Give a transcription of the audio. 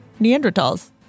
Neanderthals